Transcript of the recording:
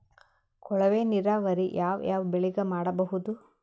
ಕೊಳವೆ ನೀರಾವರಿ ಯಾವ್ ಯಾವ್ ಬೆಳಿಗ ಮಾಡಬಹುದು?